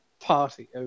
party